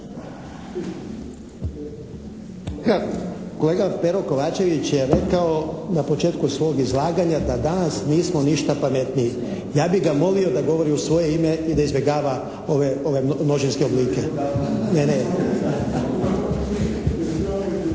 kolega Pero KOvačević je rekao na početku svog izlaganja da danas nismo ništa pametniji. Ja bih ga molio da govori u svoje ime i da izbjegava ove množinske oblike. …